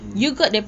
um